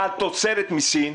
על תוצרת מסין,